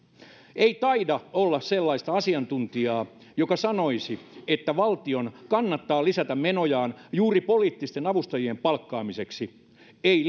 ei taida olla sellaista asiantuntijaa joka sanoisi että valtion kannattaa lisätä menojaan juuri poliittisten avustajien palkkaamiseksi ei